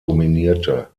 dominierte